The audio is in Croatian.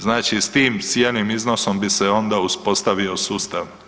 Znači s tim cijelim iznosom bi se onda uspostavio sustav.